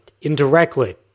indirectly